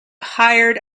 hired